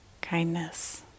kindness